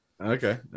Okay